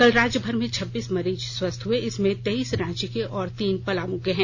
कल राज्यभर में छब्बीस मरीज स्वस्थ्य हुए इसमें तेईस रांची के और तीन पलामू के हैं